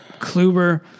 Kluber